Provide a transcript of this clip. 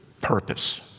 purpose